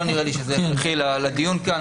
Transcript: לא נראה לי שזה הכרחי לדיון כאן,